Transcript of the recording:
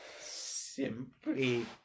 Simply